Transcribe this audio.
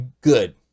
good